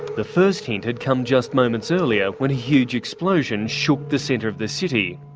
the first hint had come just moments earlier when a huge explosion shook the centre of the city.